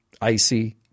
Icy